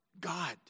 God